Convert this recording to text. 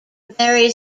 vary